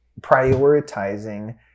prioritizing